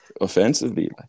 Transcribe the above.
offensively